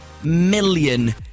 million